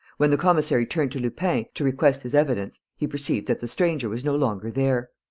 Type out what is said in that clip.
when the commissary turned to lupin, to request his evidence, he perceived that the stranger was no longer there.